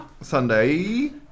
Sunday